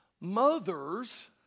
Mothers